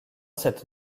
cette